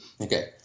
Okay